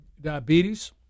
diabetes